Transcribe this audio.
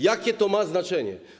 Jakie to ma znaczenie?